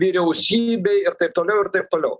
vyriausybei ir taip toliau ir taip toliau